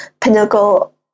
pinnacle